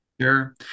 Sure